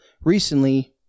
recently